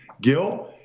Gil